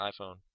iPhone